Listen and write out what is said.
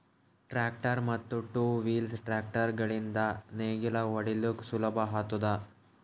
tractor ಮತ್ತ್ two wheel tractor ಗಳಿಂದ್ ನೇಗಿಲ ಹೊಡಿಲುಕ್ ಸುಲಭ ಆತುದ